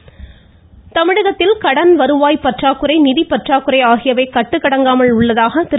சட்டப்பேரவை நிதி தமிழகத்தின் கடன் வருவாய் பற்றாக்குறை நிதி பற்றாக்குறை ஆகியவை கட்டுக்கடங்காமல் உள்ளதாக திரு